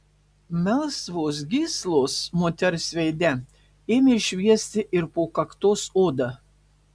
melsvos gyslos moters veide ėmė šviesti ir po kaktos oda